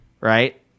Right